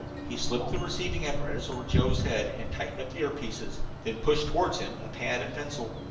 he slipped the receiving apparatus over joe's head, and tightened up the ear-pieces, then pushed toward him a pad and pencil.